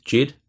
Jed